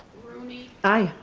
rooney. i.